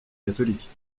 catholiques